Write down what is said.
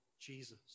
Jesus